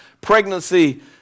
pregnancy